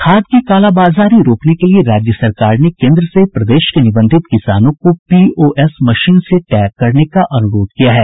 खाद की कालाबाजारी रोकने के लिए राज्य सरकार ने केन्द्र से प्रदेश के निबंधित किसानों को पीओएस मशीन से टैग करने का अनुरोध किया है